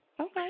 Okay